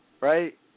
Right